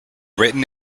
written